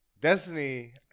Destiny